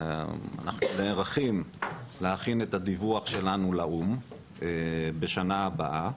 עכשיו נערכים להכין את הדיווח שלנו לאו"ם בשנה הבאה.